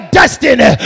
destiny